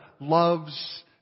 loves